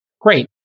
Great